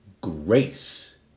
grace